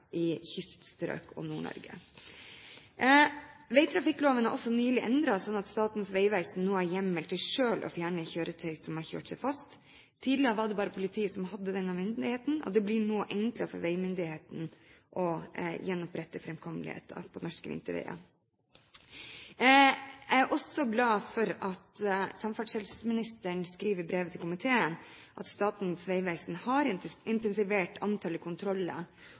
i kyststrøk og Nord-Norge. Vegtrafikkloven er også nylig endret, sånn at Statens vegvesen nå har hjemmel til selv å fjerne kjøretøy som har kjørt seg fast. Tidligere var det bare politiet som hadde den myndigheten. Det blir nå enklere for veimyndighetene å gjenopprette framkommeligheten på norske vinterveier. Jeg er også glad for at samferdselsministeren skriver i brevet til komiteen at Statens vegvesen har intensivert antallet kontroller,